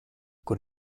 kur